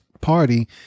party